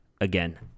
again